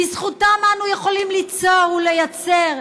בזכותם אנו יכולים ליצור ולייצר,